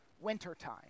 wintertime